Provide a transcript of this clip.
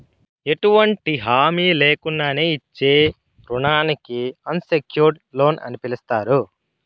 ఎటువంటి హామీ లేకున్నానే ఇచ్చే రుణానికి అన్సెక్యూర్డ్ లోన్ అని పిలస్తారు